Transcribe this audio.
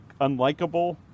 unlikable